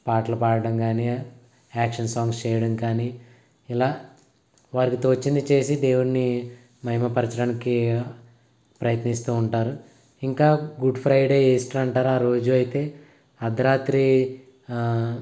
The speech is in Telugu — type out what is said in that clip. పాటలు పాడడం కానీ యాక్షన్ సాంగ్స్ చేయడం కానీ ఇలా వారికి తోచింది చేసి దేవుని మహిమ పరచడానికి ప్రయత్నిస్తూ ఉంటారు ఇంకా గుడ్ ఫ్రైడే ఈస్టర్ అంటారా ఆ రోజూ అయితే అర్ధరాత్రి